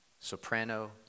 soprano